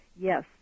yes